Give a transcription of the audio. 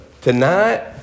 tonight